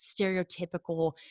stereotypical